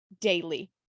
daily